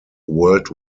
world